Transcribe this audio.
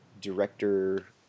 director